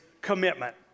commitment